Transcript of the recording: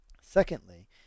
Secondly